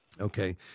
Okay